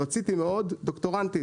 דוקטורנטית,